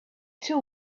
too